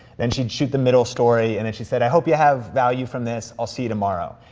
then she'd shoot the middle story, and then she said, i hope you have value from this, i'll see you tomorrow.